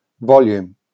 volume